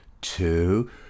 two